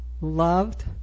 loved